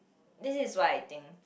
this is what I think